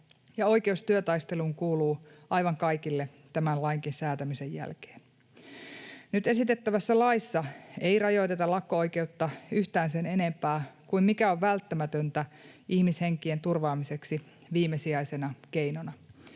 oikeus työtaisteluun kuuluu aivan kaikille tämän lain säätämisen jälkeenkin. Nyt esitettävässä laissa ei rajoiteta lakko-oikeutta yhtään sen enempää kuin mikä on välttämätöntä ihmishenkien turvaamiseksi viimesijaisena keinona